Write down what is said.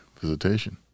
visitation